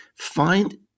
Find